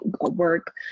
work